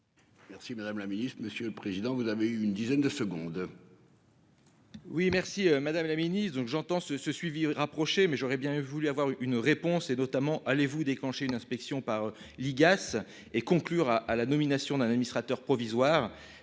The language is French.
Merci Madame la Ministre, Monsieur le Président, vous avez eu une dizaine de secondes. Oui merci madame la ministre. J'entends ce ce suivi rapproché mais j'aurais bien voulu avoir une réponse et notamment allez vous déclenchez une inspection par l'IGAS et conclura à la nomination d'un administrateur provisoire